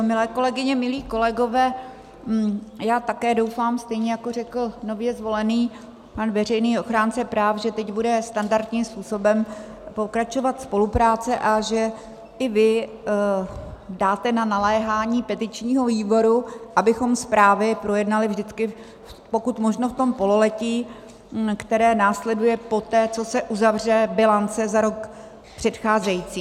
Milé kolegyně, milí kolegové, já také doufám, stejně jako řekl nově zvolený pan veřejný ochránce práv, že teď bude standardním způsobem pokračovat spolupráce a že i vy dáte na naléhání petičního výboru, abychom zprávy projednali vždycky pokud možno v tom pololetí, které následuje poté, co se uzavře bilance za rok přecházející.